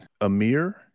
Amir